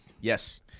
yes